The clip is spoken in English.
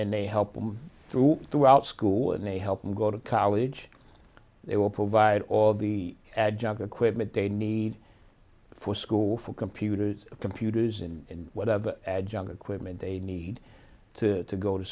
then they help them through throughout school and they help them go to college they will provide all the jogger equipment they need for school for computers computers and whatever adjunct equipment they need to to go to